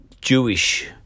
Jewish